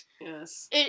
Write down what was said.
Yes